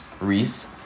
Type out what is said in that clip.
Reese